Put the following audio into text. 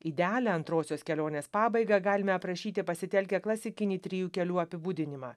idealią antrosios kelionės pabaigą galime aprašyti pasitelkę klasikinį trijų kelių apibūdinimą